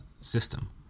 system